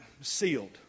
Sealed